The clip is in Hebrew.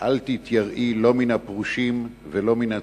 "אל תתייראי לא מן הפרושים ולא מן הצדוקים,